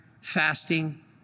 Fasting